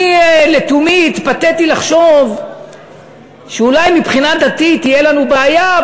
אני לתומי התפתיתי לחשוב שאולי מבחינה דתית תהיה לנו בעיה,